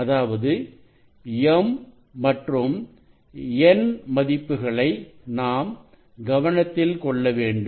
அதாவது m மற்றும் n மதிப்புகளை நாம் கவனத்தில் கொள்ள வேண்டும்